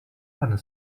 and